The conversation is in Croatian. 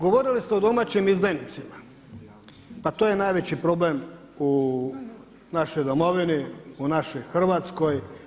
Govorili ste o domaćim izdajnicima, pa to je najveći problem u našoj domovini u našoj Hrvatskoj.